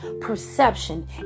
perception